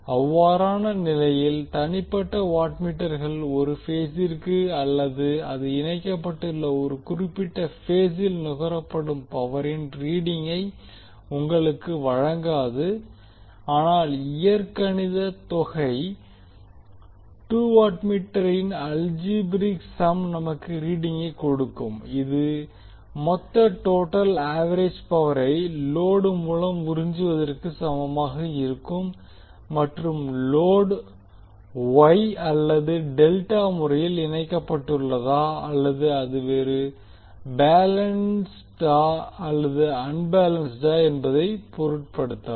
அவ்வாறான நிலையில் தனிப்பட்ட வாட்மீட்டர்கள் ஒரு பேஸிற்கு அல்லது அது இணைக்கப்பட்டுள்ள ஒரு குறிப்பிட்ட பேசில் நுகரப்படும் பவரின் ரீடிங்கை உங்களுக்கு வழங்காது ஆனால் இயற்கணித தொகை டூ வாட் மீட்டரின் அல்ஜீபிரிக் சம் நமக்கு ரீடிங்கை கொடுக்கும் இது மொத்த டோட்டல் ஆவரேஜ் பவரை லோடு மூலம் உறிஞ்சுவதற்கு சமமாக இருக்கும் மற்றும் லோடு ஒய் அல்லது டெல்டா முறையில் இணைக்கப்பட்டுள்ளதா அல்லது அது பேலன்ஸ்டா அல்லது அன்பேலன்ஸ்டா என்பதைப் பொருட்படுத்தாது